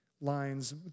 lines